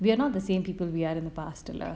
we are not the same people we are in the past in life